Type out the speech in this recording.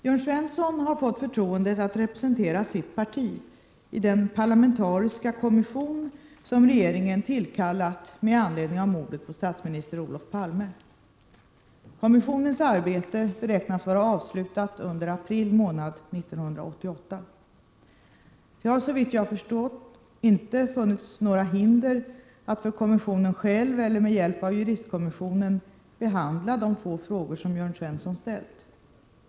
Jörn Svensson har fått förtroendet att representera sitt parti i den parlamentariska kommission som regeringen tillkallat med anledning av mordet på statsminister Olof Palme. Kommissionens arbete beräknas vara avslutat under april månad 1988. Det har såvitt jag förstått inte funnits några hinder för kommissionen att själv eller med hjälp av juristkommissionen behandla de två frågor som Jörn Svensson ställt.